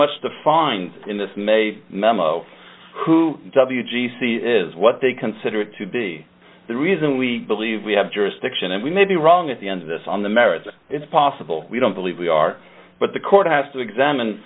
much defined in this may memo who w g c is what they considered to be the reason we believe we have jurisdiction and we may be wrong at the end of this on the merits it's possible we don't believe we are but the court has to examine